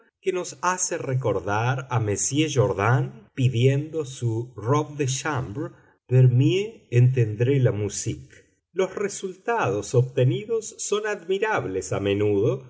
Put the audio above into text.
que nos hace recordar a monsieur jordain pidiendo su robe de chambre pour mieux entendre la musique los resultados obtenidos son admirables a menudo